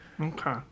okay